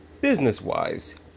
business-wise